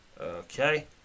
Okay